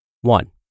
One